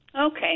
Okay